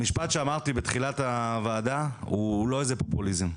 המשפט שאמרתי בתחילת הוועדה הוא לא איזה פופוליזם.